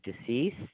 deceased